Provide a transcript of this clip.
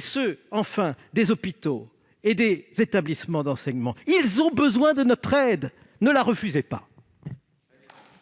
ceux enfin, des hôpitaux et des établissements d'enseignement. Ils ont besoin de notre aide : ne la refusez pas